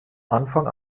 anfang